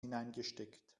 hineingesteckt